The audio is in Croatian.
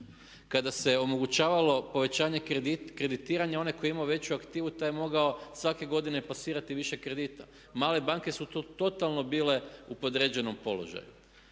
Kada se omogućavalo povećanje kreditiranja onaj tko je imao veću aktivu taj je mogao svake godine plasirati više kredita. Male banke su tu totalno bile u podređenom položaju.